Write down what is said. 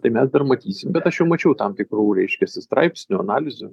tai mes dar matysim bet aš jau mačiau tam tikrų reiškiasi straipsnių analizių